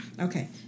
Okay